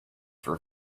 for